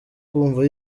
kwumva